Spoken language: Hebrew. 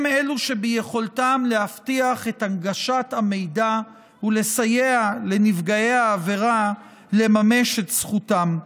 הם שביכולתם להבטיח את הנגשת המידע ולסייע לנפגעי עבירה לממש את זכותם.